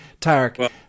Tarek